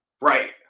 Right